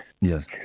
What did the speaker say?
yes